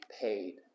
Paid